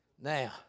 Now